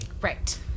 right